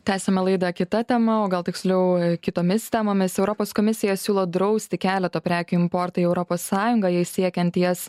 tęsiame laidą kita tema o gal tiksliau kitomis temomis europos komisija siūlo drausti keleto prekių importą į europos sąjungą jai siekiant jas